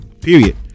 Period